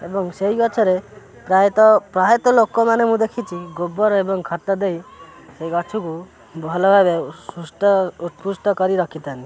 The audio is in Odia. ଏବଂ ସେଇ ଗଛରେ ପ୍ରାୟତଃ ପ୍ରାୟତଃ ଲୋକମାନେ ମୁଁ ଦେଖିଛି ଗୋବର ଏବଂ ଖତ ଦେଇ ସେ ଗଛକୁ ଭଲ ଭାବେ ସୁସ୍ଥ ଉତପୃଷ୍ଟ କରି ରଖିଥାନ୍ତି